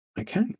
Okay